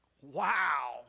Wow